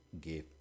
give